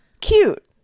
cute